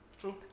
True